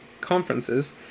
conferences